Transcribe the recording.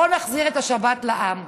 בואו נחזיר את השבת לעם.